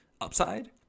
upside